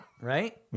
Right